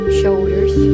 shoulders